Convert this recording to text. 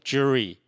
Jury